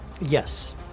Yes